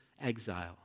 exile